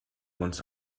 uns